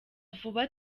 vuba